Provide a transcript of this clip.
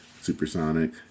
supersonic